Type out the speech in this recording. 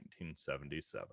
1977